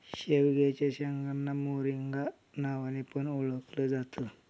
शेवग्याच्या शेंगांना मोरिंगा नावाने पण ओळखल जात